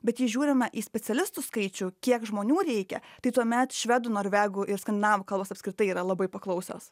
bet jei žiūrime į specialistų skaičių kiek žmonių reikia tai tuomet švedų norvegų ir skandinavų kalbos apskritai yra labai paklausios